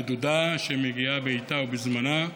המדודה שמגיעה בעיתה ובזמנה.